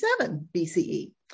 BCE